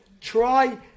try